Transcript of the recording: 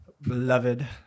beloved